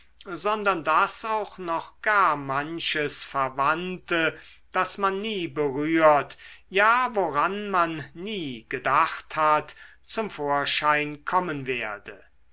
sondern daß auch noch gar manches verwandte das man nie berührt ja woran man nie gedacht hat zum vorschein kommen werde